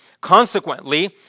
Consequently